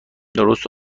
درست